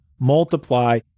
multiply